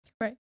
Right